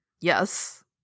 Yes